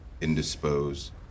indisposed